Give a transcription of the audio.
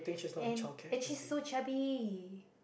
and and she's so chubby